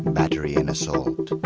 battery and assault,